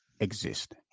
exist